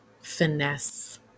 finesse